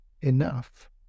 enough